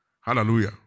Hallelujah